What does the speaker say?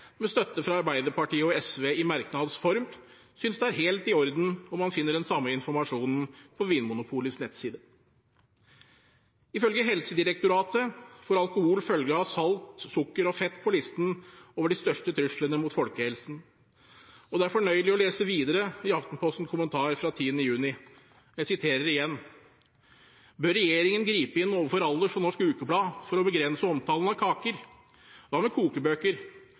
med støtte fra Arbeiderpartiet og SV i merknads form, synes det er helt i orden om man finner den samme informasjonen på Vinmonopolets nettside? Ifølge Helsedirektoratet får alkohol følge av salt, sukker og fett på listen over de største truslene mot folkehelsen. Det er fornøyelig å lese videre i Aftenpostens kommentar fra 10. juni. Jeg siterer igjen: «Bør regjeringen gripe inn overfor Allers og Norsk ukeblad for å begrense omtalen av kaker? Hva med kokebøker?